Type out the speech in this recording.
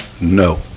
No